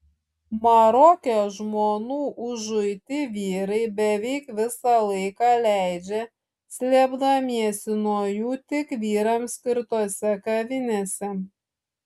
maroke žmonų užuiti vyrai beveik visą laiką leidžia slėpdamiesi nuo jų tik vyrams skirtose kavinėse